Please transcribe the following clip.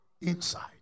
inside